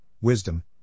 wisdom